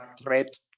threat